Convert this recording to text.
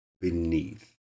beneath